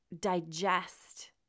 digest